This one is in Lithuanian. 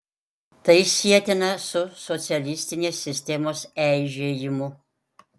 tai sietina su socialistinės sistemos eižėjimu